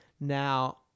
Now